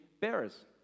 bearers